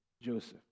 Joseph